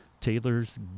Taylor's